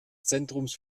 zentrums